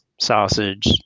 sausage